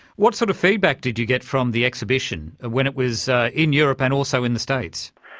what sort of feedback did you get from the exhibition when it was in europe and also in the states?